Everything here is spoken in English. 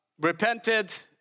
repented